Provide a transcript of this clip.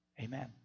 Amen